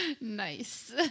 nice